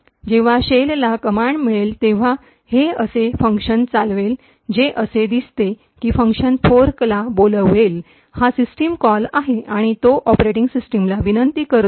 जेव्हा शेलला कमांड मिळेल तेव्हा हे असे फंक्शन चालवेल जे असे दिसते की फंक्शन फोर्क ला बोलवेल हा सिस्टम कॉल आहे आणि तो ऑपरेटिंग सिस्टमला विनंती करतो